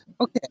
Okay